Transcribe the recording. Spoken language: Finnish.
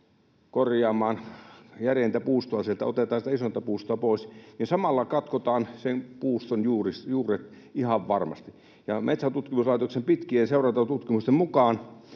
korjaamaan järeintä puustoa, sieltä otetaan sitä isointa puustoa pois, niin samalla katkotaan sen puuston juuret ihan varmasti. Metsäntutkimuslaitoksen pitkien seurantatutkimusten mukaan